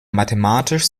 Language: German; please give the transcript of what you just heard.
mathematisch